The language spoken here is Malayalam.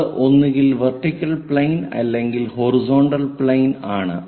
അത് ഒന്നുകിൽ വെർട്ടിക്കൽ പ്ലെയിൻ അല്ലെങ്കിൽ ഹൊറിസോണ്ടൽ പ്ലെയിൻ ആണ്